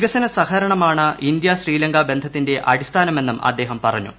വികസന സഹകരണമാണ് ഇന്ത്യ ശ്രീലങ്ക ബന്ധത്തിന്റെ അടിസ്ഥാനമെന്നും അദ്ദേഹം പറഞ്ഞു